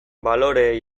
baloreei